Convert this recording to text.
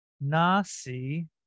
Nasi